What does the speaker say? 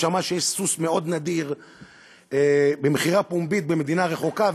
והוא שמע שיש סוס מאוד נדיר במכירה פומבית במדינה רחוקה,